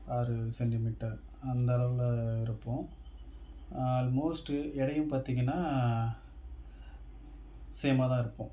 ஆறு சென்டிமீட்டர் அந்த அளவில் இருப்போம் ஆல்மோஸ்ட்டு எடையும் பார்த்திங்கனா சேமாக தான் இருப்போம்